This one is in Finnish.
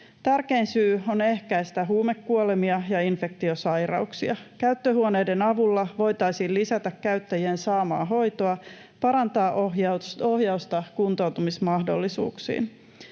Tärkein syy on ehkäistä huumekuolemia ja infektiosairauksia. Käyttöhuoneiden avulla voitaisiin lisätä käyttäjien saamaa hoitoa, parantaa ohjausta kuntoutumismahdollisuuksiin.